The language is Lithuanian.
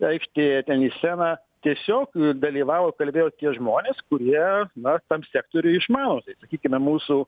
aikštėje ten į sceną tiesiog dalyvavo kalbėjo tie žmonės kurie na tam sektoriuj išmano tai sakykime mūsų